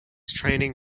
training